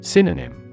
Synonym